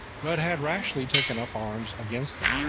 but had rashly taken up arms against them.